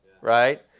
Right